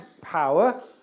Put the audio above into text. power